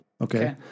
Okay